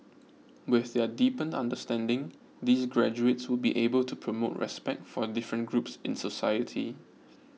with their deepened understanding these graduates would be able to promote respect for different groups in society